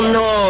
no